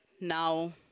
now